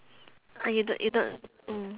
ah you don't you don't mm